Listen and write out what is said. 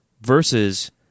versus